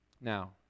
Now